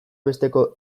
besteko